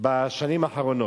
בשנים האחרונות.